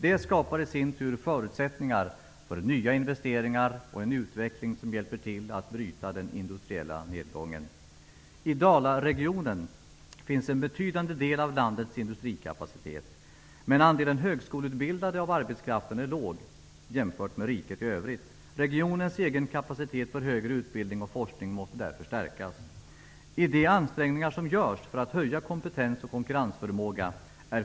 Det skapar i sin tur förutsättningar för nya investeringar och en utveckling som hjälper till att bryta den industriella nedgången. I Dalaregionen finns en betydande del av landets industrikapacitet. Men andelen högskoleutbildade av arbetskraften är låg, jämfört med hur det är i riket i övrigt. Regionens egen kapacitet för högre utbildning och forskning måste därför stärkas. Man gör ansträngningar för att höja kompetens och konkurrensförmåga.